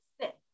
sit